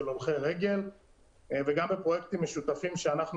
הולכי רגל וגם בפרויקטים משותפים שאנחנו